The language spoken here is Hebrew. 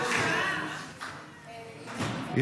זה גדול עליך.